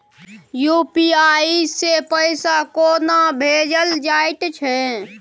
UPI सँ पैसा कोना भेजल जाइत छै?